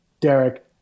Derek